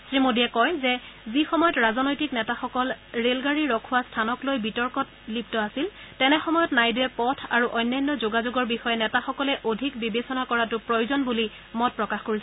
শ্ৰী মোডীয়ে কয় যে যি সময়ত ৰাজনৈতিক নেতাসকল ৰেলগাড়ী ৰখোৱা স্থানক লৈ বিতৰ্কত লিপ্ত আছিল তেনে সময়ত নাইডুৱে পথ আৰু অন্যান্য যোগাযোগৰ বিষয়ে নেতাসকলে অধিক বিবেচনা কৰাটো প্ৰয়োজন বুলি মত প্ৰকাশ কৰিছিল